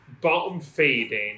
bottom-feeding